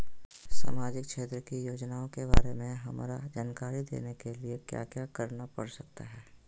सामाजिक क्षेत्र की योजनाओं के बारे में हमरा जानकारी देने के लिए क्या क्या करना पड़ सकता है?